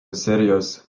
serijos